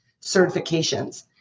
certifications